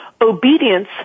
obedience